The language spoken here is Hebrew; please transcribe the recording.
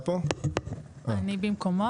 אני במקומו.